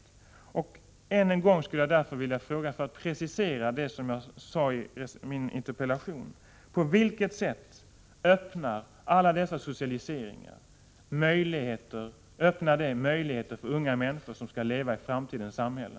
För att få en precisering av svaret på det jag anfört i min interpellation skulle jag mot den här bakgrunden än en gång vilja fråga: På vilket sätt ökar alla dessa socialiseringar möjligheterna för unga människor som skall leva i framtidens samhälle?